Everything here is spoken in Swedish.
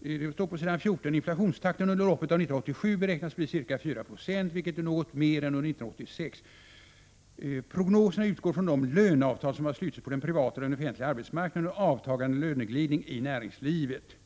14: ”Inflationstakten under loppet av 1987 beräknas bli ca 4 Fe, vilket är något mer än under 1986. —-—— Prognoserna utgår från de löneavtal, som har slutits på den privata och den offentliga arbetsmarknaden och en avtagande löneglidning i näringslivet.